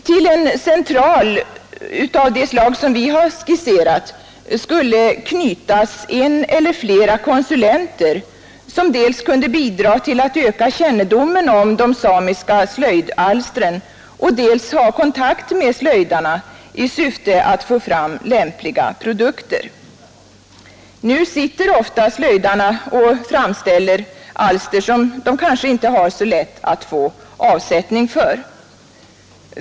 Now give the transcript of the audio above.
Till en central av det slag vi skisserat skulle knytas en eller flera konsulenter, som kunde dels bidra till att öka kännedomen om de samiska slöjdalstren, dels ha kontakt med slöjdarna i syfte att få fram lämpliga produkter. Nu sitter slöjdarna ofta och framställer alster, som kanske inte är så lätta att få avsättning för.